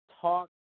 talk